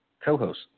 co-host